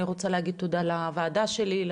אני רוצה להגיד תודה לוועדה שלי,